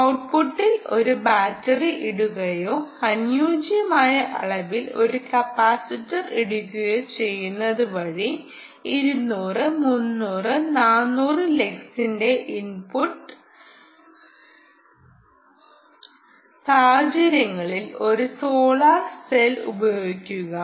ഔട്ട്പുട്ടിൽ ഒരു ബാറ്ററി ഇടുകയോ അനുയോജ്യമായ അളവിൽ ഒരു കപ്പാസിറ്റർ ഇടുകയോ ചെയ്യുന്നതു വഴി 200 300 400 ലക്സിന്റെ ഇൻപുട്ട് സാഹചര്യങ്ങളിൽ ഒരു സോളാർ സെൽ ഉപയോഗിക്കുക